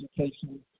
education